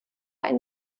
eine